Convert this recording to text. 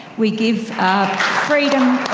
we give freedom